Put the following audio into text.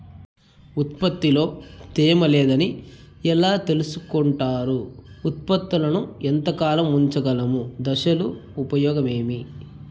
ఉత్పత్తి లో తేమ లేదని ఎలా తెలుసుకొంటారు ఉత్పత్తులను ఎంత కాలము ఉంచగలము దశలు ఉపయోగం ఏమి?